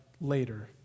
later